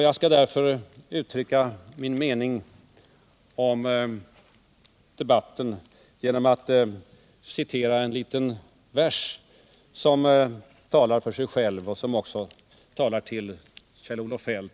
Jag vill därför uttrycka min mening om debatten genom att citera en liten vers som talar för sig själv och som också talar till Kjell-Olof Feldt.